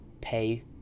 pay